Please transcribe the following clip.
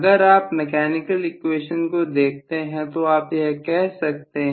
अगर आप mechanical equations को देखते हैं तो आप कह सकते हैं